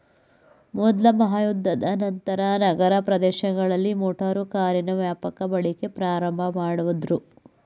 ಮೊದ್ಲ ಮಹಾಯುದ್ಧದ ನಂತ್ರ ನಗರ ಪ್ರದೇಶಗಳಲ್ಲಿ ಮೋಟಾರು ಕಾರಿನ ವ್ಯಾಪಕ ಬಳಕೆ ಪ್ರಾರಂಭಮಾಡುದ್ರು